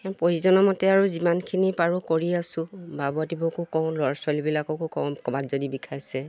প্ৰয়োজন মতে আৰু যিমানখিনি পাৰোঁ কৰি আছোঁ কওঁ ল'ৰা ছোৱালীবিলাককো কওঁ ক'বাত যদি বিষাইছে